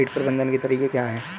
कीट प्रबंधन के तरीके क्या हैं?